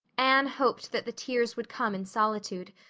anne hoped that the tears would come in solitude.